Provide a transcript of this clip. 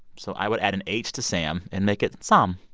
so i would add an h to sam and make it sahm